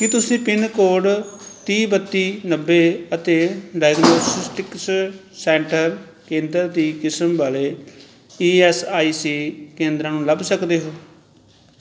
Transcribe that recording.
ਕੀ ਤੁਸੀਂ pin code ਤੀਹ ਬੱਤੀ ਨੱਬੇ ਅਤੇ ਡਾਇਗਨੌਸਟਿਕਸ ਸੈਂਟਰ ਕੇਂਦਰ ਦੀ ਕਿਸਮ ਵਾਲੇ ਈ ਐਸ ਆਈ ਸੀ ਕੇਂਦਰਾਂ ਨੂੰ ਲੱਭ ਸਕਦੇ ਹੋ